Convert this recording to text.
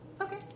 Okay